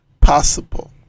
possible